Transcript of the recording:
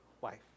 wife